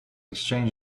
exchanged